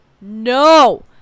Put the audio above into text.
No